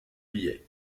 biais